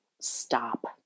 stop